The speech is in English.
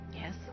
yes